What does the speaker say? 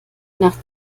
nach